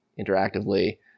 interactively